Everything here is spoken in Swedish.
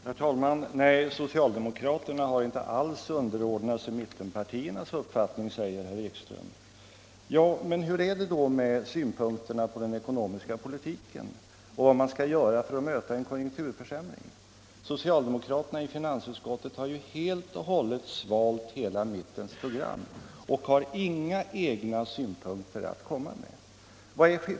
Herr talman! ”Nej, socialdemokraterna har inte alls underordnat sig mittenpartiernas uppfattning”, säger herr Ekström. Men hur är det då med synpunkterna på den ekonomiska politiken och på vad man skall göra för att möta en konjunkturförsämring? Socialdemokraterna i finansutskottet har ju helt och hållet svalt mittens program och har inga egna synpunkter att komma med.